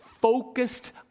focused